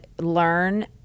learn